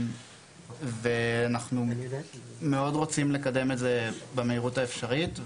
ואנחנו מאוד רוצים לקדם את זה במהירות האפשרית,